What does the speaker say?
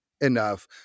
enough